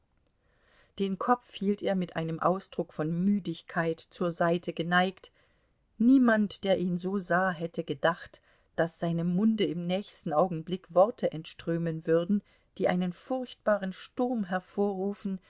den kopf hielt er mit einem ausdruck von müdigkeit zur seite geneigt niemand der ihn so sah hätte gedacht daß seinem munde im nächsten augenblick worte entströmen würden die einen furchtbaren sturm hervorrufen